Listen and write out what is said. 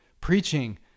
preaching